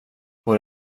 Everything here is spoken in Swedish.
får